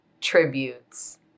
tributes